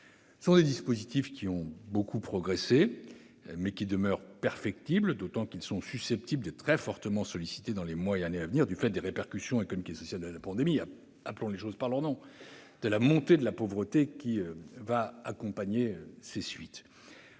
Ces dispositifs ont beaucoup progressé, mais ils demeurent perfectibles, d'autant qu'ils sont susceptibles d'être très fortement sollicités dans les mois et années à venir du fait des répercussions économiques et sociales de la pandémie, c'est-à-dire- appelons les choses par leur nom -de la montée de la pauvreté qui va accompagner celle-ci.